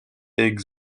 est